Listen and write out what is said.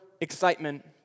excitement